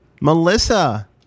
Melissa